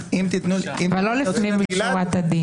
אבל לא לפנים משורת הדין.